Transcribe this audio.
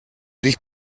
dich